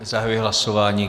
Zahajuji hlasování.